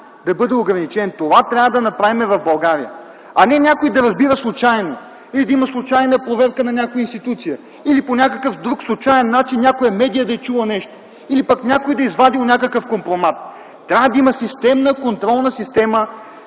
да бъде ограничен. Това трябва да направим в България. Не някой да разбира случайно и да има случайна проверка на някоя институция или по някакъв друг случаен начин някоя медия да е чула нещо, или пък някой да е извадил някакъв компромат. Трябва да има системна контролна система,